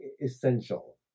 essential